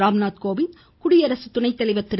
ராம்நாத் கோவிந்த் குடியரசு துணை தலைவர் திரு